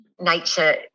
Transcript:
nature